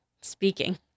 speaking